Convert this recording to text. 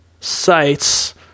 sites